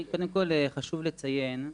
קודם כל חשוב לציין,